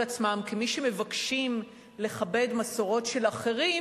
עצמם כמי שמבקשים לכבד מסורות של אחרים,